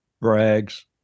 Bragg's